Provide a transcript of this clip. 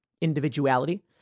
individuality